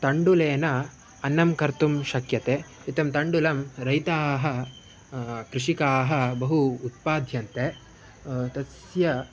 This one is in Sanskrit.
तण्डुलेन अन्नं कर्तुं शक्यते एतत् तण्डुलं रैताः कृषिकाः बहु उत्पाद्यन्ते तस्य